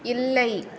இல்லை